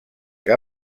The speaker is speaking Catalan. que